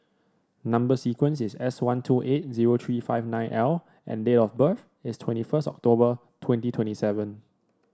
number sequence is S one two eight zero three five nine L and date of birth is twenty first October twenty twenty seven